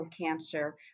cancer